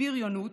בריונות,